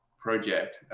project